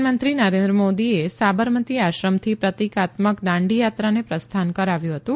પ્રધાનમંત્રી નરેન્દ્ર મોદીએ સાબરમતી આશ્રમથી પ્રતિકાત્મક દાંડી યાત્રાને પ્રસ્થાન કરાવ્યુ હતું